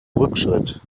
rückschritt